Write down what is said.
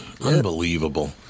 Unbelievable